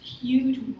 huge